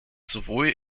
sowohl